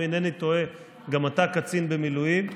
אם אינני טועה גם אתה קצין במילואים,